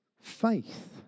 faith